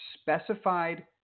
specified